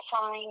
Fine